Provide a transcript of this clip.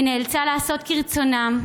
היא נאלצה לעשות כרצונם,